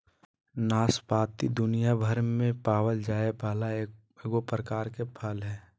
नाशपाती दुनियाभर में पावल जाये वाला एगो प्रकार के फल हइ